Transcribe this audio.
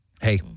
Hey